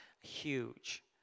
huge